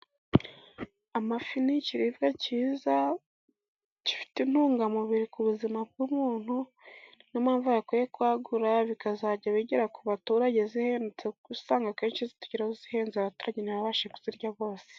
Amafi ni ikiribwa cyiza gifite intungamubiri ku buzima bw'umuntu. Ni yo mpamvu bakwiye kwagura bikazajya bigera ku baturage zihendutse, kuko usanga akenshi zitugeraho zihenze, abaturage ntibabashe kuzirya bose.